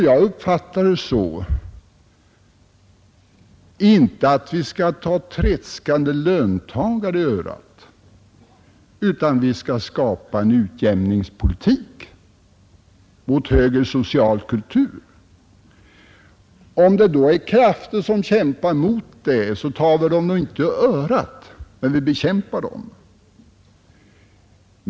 Jag uppfattar det inte så att vi skall ta tredskande löntagare i örat utan att vi skall skapa en utjämningspolitik mot högre social kultur. Om krafter då kämpar emot detta, tar vi dem inte i örat, men vi bekämpar dem.